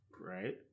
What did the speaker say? right